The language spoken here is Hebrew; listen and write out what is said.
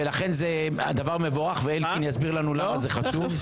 ולכן זה דבר מבורך, ואלקין יסביר לנו למה זה חשוב.